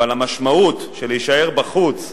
אבל המשמעות של להישאר בחוץ,